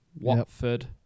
Watford